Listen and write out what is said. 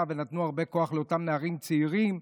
ונתנו הרבה כוח לאותם נערים צעירים,